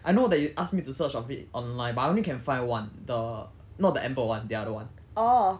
I know that you asked me to search of it online but I only can find one the not the enable one the other one ah